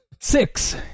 Six